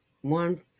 One